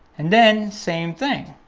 and then same thing,